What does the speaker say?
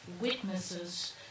witnesses